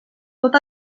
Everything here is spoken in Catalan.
tot